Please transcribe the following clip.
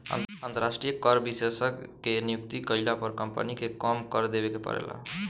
अंतरास्ट्रीय कर विशेषज्ञ के नियुक्ति कईला पर कम्पनी के कम कर देवे के परेला